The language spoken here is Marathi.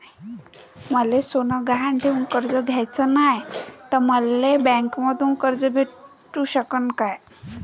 मले सोनं गहान ठेवून कर्ज घ्याचं नाय, त मले बँकेमधून कर्ज भेटू शकन का?